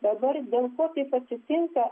dabar dėl ko taip atsitinka